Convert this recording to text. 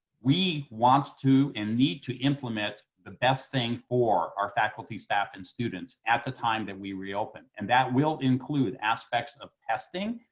we want to and need to implement the best thing for our faculty, staff, and students at the time that we reopen. and that will include aspects of testing,